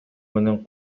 менен